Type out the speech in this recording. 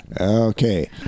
Okay